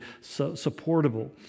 supportable